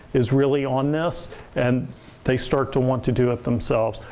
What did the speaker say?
is really on this and they start to want to do it themselves.